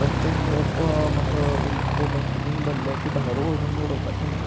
प्रत्येक खेप म्हाका इल्लें तें डस्टबीन भरलें की भायर वडून उडोवपाचें ना